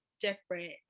different